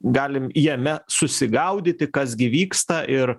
galim jame susigaudyti kas gi vyksta ir